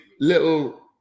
little